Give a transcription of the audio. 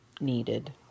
needed